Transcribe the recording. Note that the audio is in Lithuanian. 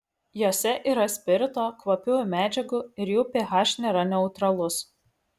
jose yra spirito kvapiųjų medžiagų ir jų ph nėra neutralus